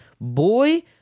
Boy